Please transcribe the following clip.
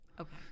Okay